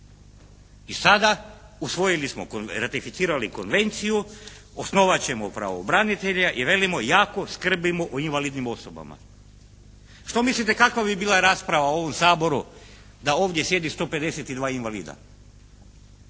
I sada, usvojili smo, ratificirali konvenciju, osnovat ćemo pravobranitelja i velimo jako skrbi o invalidnim osobama. Što mislite kakova bi bila rasprava u ovom Saboru da ovdje sjedi 152 invalida?